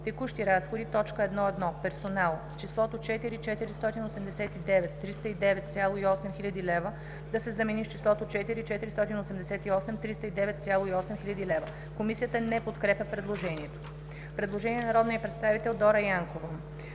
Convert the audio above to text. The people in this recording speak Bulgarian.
„Текущи разходи“, т. 1.1. „Персонал“ числото „4 489 309,8 хил. лв.“ да се замени с числото „4 488 309,8 хил. лв.“ Комисията не подкрепя предложението. Предложение от народния представител Дора Янкова: